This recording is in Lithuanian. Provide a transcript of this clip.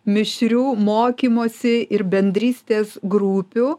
mišrių mokymosi ir bendrystės grupių